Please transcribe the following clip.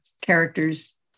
characters